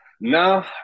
No